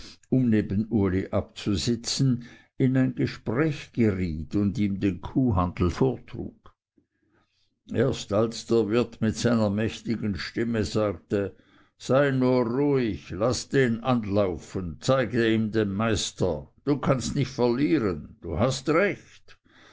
um neben uli abzusitzen in ein gespräch geriet und ihm den kuhhandel vortrug erst als der wirt mit seiner mächtigen stimme sagte sei nur ruhig laß den anlaufen zeige ihm den meister du kannst nicht verlieren du hast recht